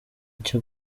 cyo